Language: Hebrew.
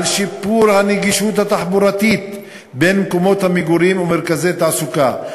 על שיפור הנגישות התחבורתית בין מקומות המגורים ומרכזי תעסוקה,